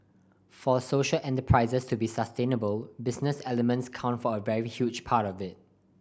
for social enterprises to be sustainable business elements count for a very huge part of it